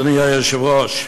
אדוני היושב-ראש,